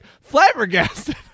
flabbergasted